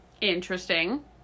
Interesting